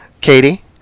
Katie